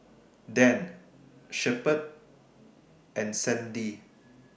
Dan Shepherd and Sandi